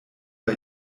bei